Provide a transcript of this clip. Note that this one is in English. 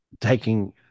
taking